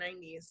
90s